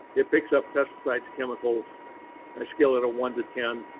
it picks up pesticides, chemicals. i scale it a one to ten.